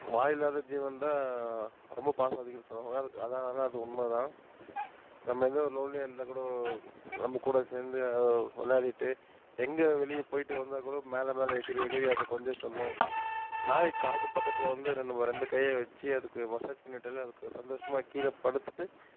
வாயில்லாத ஜீவன்தான் ரொம்ப பாசம் அதிகம்னு சொல்லுவாங்க அதுக்கு ஆனால் ஆனால் உண்மைதான் நம்ம ஏதோ லோன்லியாக இருந்தால் கூட நம்ம கூட சேர்ந்து விளையாடிட்டு எங்கே வெளியே போய்விட்டு வந்தால் கூட மேலே மேலே எகிறி எகிறி அது கொஞ்ச சொல்லும் நாய் காது பக்கத்தில் வந்து ரெண்டு ரெண்டு கையை வச்சு அதுக்கு மசாஜ் பண்ணி விட்டாலே அதுக்கு சந்தோஷமாக கீழே படுத்துகிட்டு